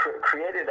created